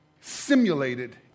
simulated